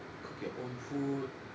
cook your own food